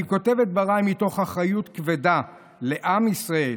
אני כותב את דבריי מתוך אחריות כבדה לעם ישראל,